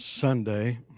Sunday